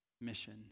mission